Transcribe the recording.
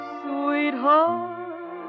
sweetheart